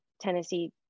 Tennessee